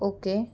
okay